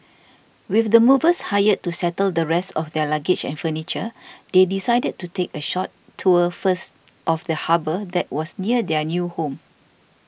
with the movers hired to settle the rest of their luggage and furniture they decided to take a short tour first of the harbour that was near their new home